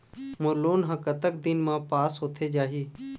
मोर loan हा कतक दिन मा पास होथे जाही?